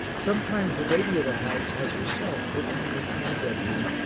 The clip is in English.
sometimes the lady of the house has herself taken me into her bedroom,